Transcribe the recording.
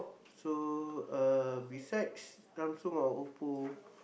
so uh besides Samsung or Oppo